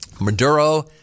Maduro